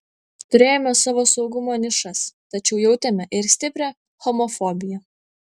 turėjome savo saugumo nišas tačiau jautėme ir stiprią homofobiją